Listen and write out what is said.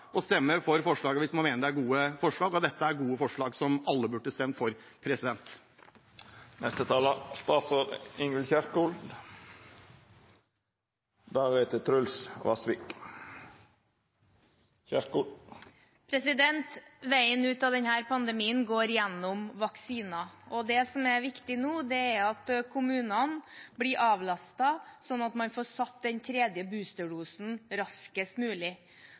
og stemmer for forslagene hvis man mener det er gode forslag, og dette er gode forslag som alle burde stemt for. Veien ut av denne pandemien går gjennom vaksiner. Og det som er viktig nå, er at kommunene blir avlastet, sånn at man får satt den tredje boosterdosen raskest mulig.